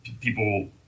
people